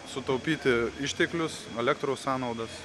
sutaupyti išteklius elektros sąnaudas